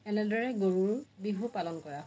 এনেদৰে গৰুৰ বিহু পালন কৰা হয়